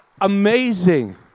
amazing